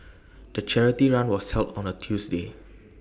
the charity run was held on A Tuesday